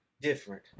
different